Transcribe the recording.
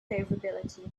favorability